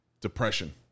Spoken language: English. depression